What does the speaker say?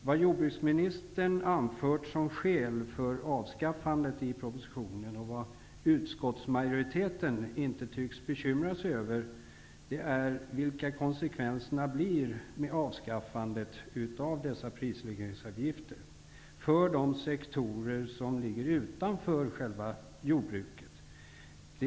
Vad jordbruksministern anfört som skäl för avskaffandet och vilka konsekvenserna av avskaffandet av dessa prisregleringsavgifter blir för de sektorer som ligger utanför själva jordbruket tycks utskottmajoriteten inte bekymra sig om.